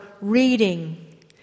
reading